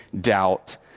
doubt